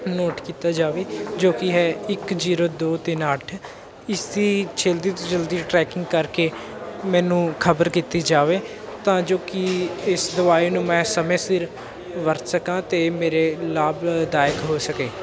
note ਕੀਤਾ ਜਾਵੇ ਜੋ ਕਿ ਹੈ ਇੱਕ ਜ਼ੀਰੋ ਦੋ ਤਿੰਨ ਅੱਠ ਇਸ ਦੀ ਜਲਦੀ ਤੋਂ ਜਲਦੀ ਟਰੈਕਿੰਗ ਕਰਕੇ ਮੈਨੂੰ ਖਬਰ ਕੀਤੀ ਜਾਵੇ ਤਾਂ ਜੋ ਕਿ ਇਸ ਦਵਾਈ ਨੂੰ ਮੈਂ ਸਮੇਂ ਸਿਰ ਵਰਤ ਸਕਾਂ ਅਤੇ ਮੇਰੇ ਲਾਭਦਾਇਕ ਹੋ ਸਕੇ